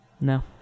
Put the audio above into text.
no